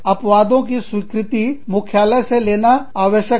अपवादों की स्वीकृत मुख्यालय से लेना आवश्यक है